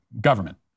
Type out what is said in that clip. government